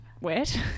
wet